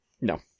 no